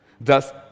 thus